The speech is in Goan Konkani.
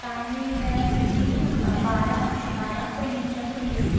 टायमींग म्हळ्या ती न्ही बाराक बाराक पैंगिणच्यान सुटिल्ली